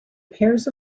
pairs